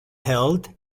held